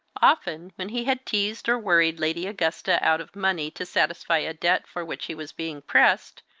often, when he had teased or worried lady augusta out of money, to satisfy a debt for which he was being pressed,